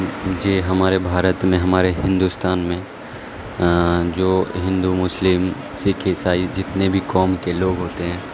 جی ہمارے بھارت میں ہمارے ہندوستان میں جو ہندو مسلم سکھ عیسائی جتنے بھی کوم کے لوگ ہوتے ہیں